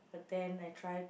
but then I try to